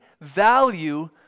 value